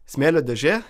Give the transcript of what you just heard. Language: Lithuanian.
smėlio dėžė